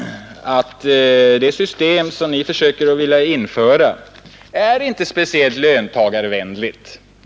Det system Ni vill införa är inte speciellt löntagarvänligt.